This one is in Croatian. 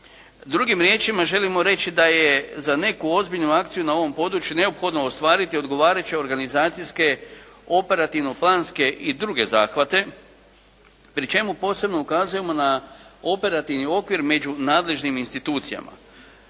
Drugim riječima želimo reći da je za neku ozbiljnu akciju na ovom području neophodno ostvariti odgovarajuće organizacijske operativno-planske i druge zahvate pri čemu posebno ukazujemo na operativni okvir među nadležnim institucijama.